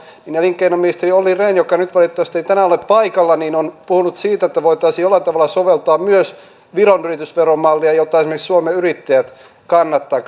elinkeinoministeri olli rehn joka nyt valitettavasti ei tänään ole paikalla on puhunut siitä että voitaisiin jollain tavalla soveltaa myös viron yritysveromallia jota esimerkiksi suomen yrittäjät kannattaa